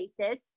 racist